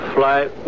Flight